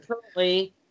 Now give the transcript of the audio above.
currently –